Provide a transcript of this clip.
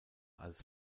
als